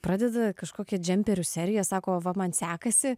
pradeda kažkokią džemperių seriją sako va man sekasi